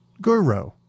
guru